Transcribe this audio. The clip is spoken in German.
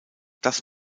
das